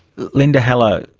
linda haller,